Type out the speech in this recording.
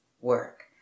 work